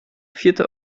vierte